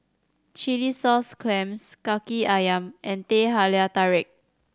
chilli sauce clams Kaki Ayam and Teh Halia Tarik